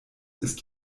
ist